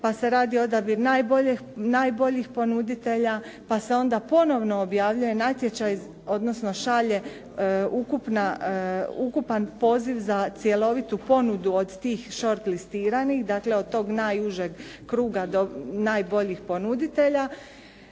pa se radi odabir najboljih ponuditelja, pa se onda ponovno objavljuje natječaj odnosno šalje ukupan poziv za cjelovitu ponudu od tih shortlistiranih dakle od tog najužeg kruga najboljih ponuditelja.